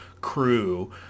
crew